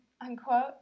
unquote